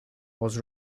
was